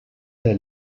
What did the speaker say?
der